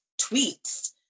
tweets